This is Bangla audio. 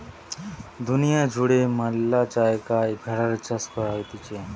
দুনিয়া জুড়ে ম্যালা জায়গায় ভেড়ার চাষ করা হতিছে